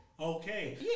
Okay